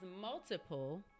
multiple